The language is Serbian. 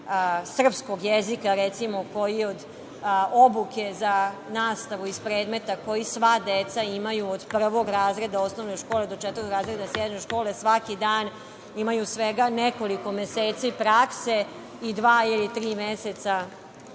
srpskog jezika, recimo, koji od obuke za nastavu iz predmeta koji sva deca imaju od prvog razreda osnovne škole do četvrtog razreda srednje škole, svaki dan, imaju svega nekoliko meseci prakse i dva, ili tri meseca